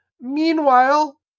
meanwhile